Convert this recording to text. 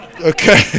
Okay